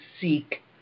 seek